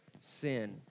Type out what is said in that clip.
sin